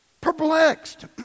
Perplexed